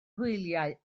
hwyliau